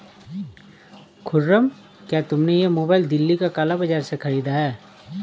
खुर्रम, क्या तुमने यह मोबाइल दिल्ली के काला बाजार से खरीदा है?